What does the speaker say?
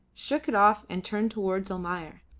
shook it off and turned towards almayer.